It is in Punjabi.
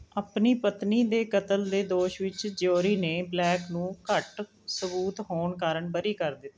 ਆਪਣੀ ਪਤਨੀ ਦੇ ਕਤਲ ਦੇ ਦੋਸ਼ ਵਿੱਚ ਜੇਓਰੀ ਨੇ ਬਲੈਕ ਨੂੰ ਘੱਟ ਸਬੂਤ ਹੋਣ ਕਾਰਨ ਬਰੀ ਕਰ ਦਿੱਤਾ